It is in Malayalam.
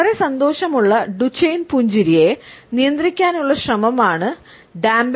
വളരെ സന്തോഷമുള്ള ഡുചെൻ പുഞ്ചിരിയെ പുഞ്ചിരി